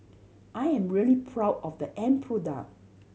I am really proud of the end product